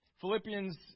Philippians